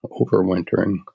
overwintering